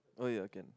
oh yeah can